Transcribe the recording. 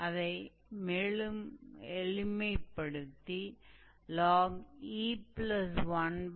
तो आपको बस सबसे पहले फॉर्म का अनुमान लगाना होगा